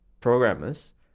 programmers